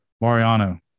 Mariano